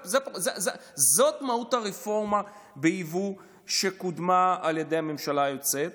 זאת מהות הרפורמה ביבוא שקודמה על ידי הממשלה היוצאת.